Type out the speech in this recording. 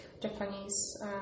Japanese